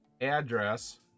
address